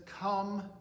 come